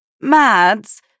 Mads